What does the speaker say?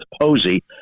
Posey